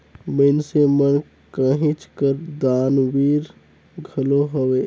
मइनसे मन कहेच कर दानबीर घलो हवें